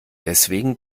deswegen